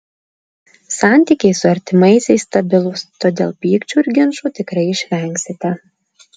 santykiai su artimaisiais stabilūs todėl pykčių ir ginčų tikrai išvengsite